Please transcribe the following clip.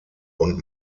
und